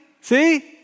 see